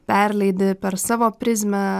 perleidi per savo prizmę